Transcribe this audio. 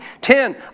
Ten